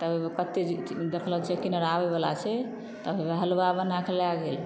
तब एगो कहतै जे देखलक चेकिंग आर आबै वला छै तब वएह हलुआ बनाकऽ लए गेल